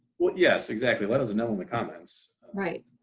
well, yes exactly. let us know in the comments. right.